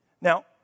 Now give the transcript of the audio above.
Now